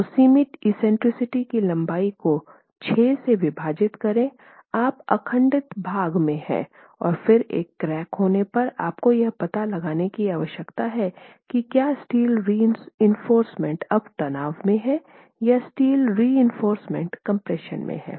तो सीमित एक्सेंट्रिसिटी की लंबाई को 6 से विभाजित करे आप अखंडित भाग में हैं और फिर एक क्रैक होने पर आपको यह पता लगाने की आवश्यकता है कि क्या स्टील रिइंफोर्समेन्ट अब तनाव में हैं या स्टील रिइंफोर्समेन्ट कंप्रेशन में है